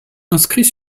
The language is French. inscrit